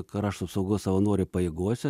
krašto apsaugos savanorių pajėgose